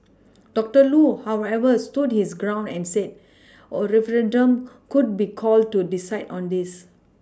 doctor Loo however stood his ground and said a referendum could be called to decide on this